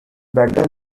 better